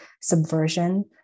subversion